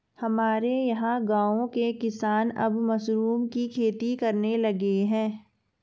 हमारे यहां गांवों के किसान अब मशरूम की खेती करने लगे हैं